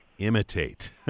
Imitate